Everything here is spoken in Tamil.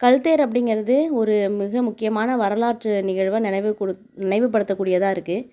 கல் தேர் அப்படிங்குறது ஒரு மிக முக்கியமான வரலாற்று நிகழ்வை நினைவு நினைவுப்படுத்த கூடியதாக இருக்குது